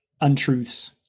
untruths